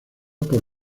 por